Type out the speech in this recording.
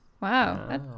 Wow